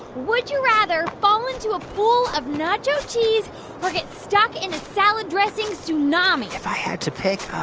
would you rather fall into a pool of nacho cheese or get stuck in a salad dressing tsunami? if i had to pick,